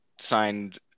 signed